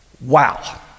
Wow